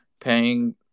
paying